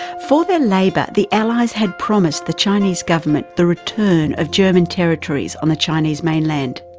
for their labour, the allies had promised the chinese government the return of german territories on the chinese mainland.